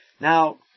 Now